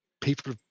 people